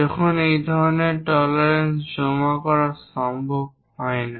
যখন এই ধরনের টলারেন্স জমা করা সম্ভব হয় না